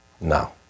No